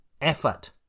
effort